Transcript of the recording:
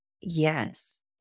Yes